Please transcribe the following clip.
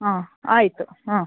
ಹಾಂ ಆಯಿತು ಹಾಂ